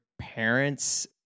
parents